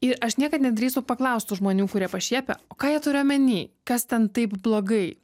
ir aš niekad nedrįstu paklaust tų žmonių kurie pašiepia o ką jie turi omeny kas ten taip blogai